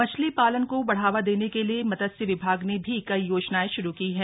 मछली पालन को बढ़ावा देने के लिए मत्स्य विभाग ने भी कई योजनाएं श्रू की है